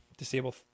Disable